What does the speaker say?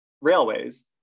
railways